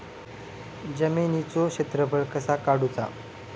जमिनीचो क्षेत्रफळ कसा काढुचा?